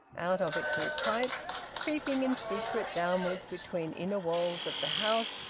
out of it grew pipes, creeping in secret downwards between inner walls of the house,